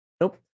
Nope